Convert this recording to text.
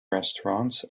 restaurants